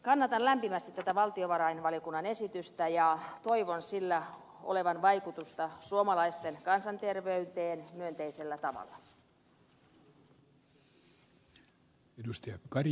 kannatan lämpimästi tätä valtiovarainvaliokunnan esitystä ja toivon sillä olevan vaikutusta suomalaisten kansanterveyteen myönteisellä tavalla